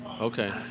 Okay